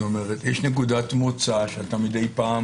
יש נקודת מוצא שאתה מדי פעם